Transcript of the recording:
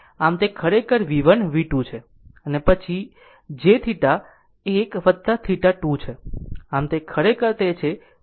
આમ તે ખરેખર તે V1 V2 છે અને પછી jθ 1 θ2 છે આમ તે ખરેખર તે છે જે અહીં લખેલું છે